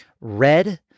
Red